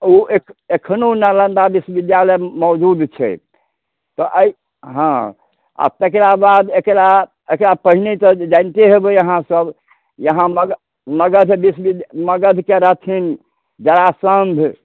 ओ एख एखनो नालन्दा बिश्बिद्यालय मौजूद छै तऽ एहि हँ आ तेकरा बाद एकरा एकरा पहिनेसँ जानिते होयबै आहाँ सब यहाँ मल्ल मगध बिश्बिद्या मगधके रहथिन जरासन्ध